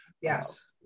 Yes